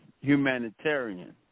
humanitarian